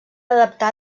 adaptar